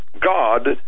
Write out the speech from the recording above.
God